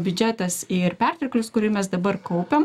biudžetas ir perteklius kurį mes dabar kaupiam